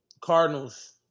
Cardinals